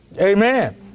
Amen